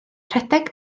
rhedeg